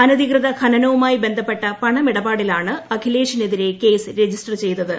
അനധികൃത ഖനനവുമായി ബന്ധപ്പെട്ട പണമിടപാടിലാണ് അഖിലേഷിനെതിരെ കേസ് രജിസ്റ്റർ ചെയ്തത്